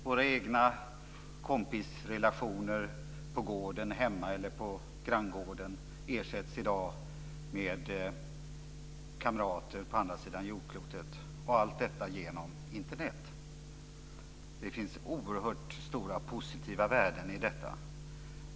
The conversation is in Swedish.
Våra egna kompisrelationer hemma på gården eller på granngården ersätts i dag med kamrater på andra sidan jordklotet, detta tack vare Internet. Det finns oerhört stora positiva värden i detta.